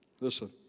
Listen